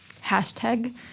Hashtag